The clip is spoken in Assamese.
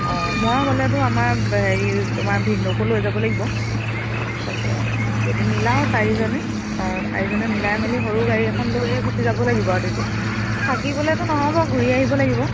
অঁ মই গ'লেতো আমাৰ হেৰি তোমাৰ ভিনদেউকো লৈ যাব লাগিব তাকে যদি মিলাওঁ চাৰিজনে অঁ চাৰিজনে মিলাই মেলি সৰু গাড়ী এখন লৈয়ে গুচি যাব লাগিব আৰু তেতিয়া থাকিবলৈতো নহ'বাৰ ঘূৰি আহিব লাগিব